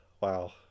Wow